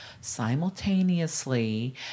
simultaneously